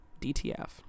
DTF